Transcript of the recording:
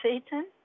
Satan